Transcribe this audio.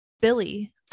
billy